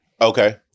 Okay